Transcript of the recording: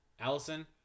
Allison